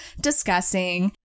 discussing